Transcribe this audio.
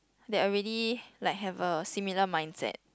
they already like have a similar mindset